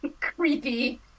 creepy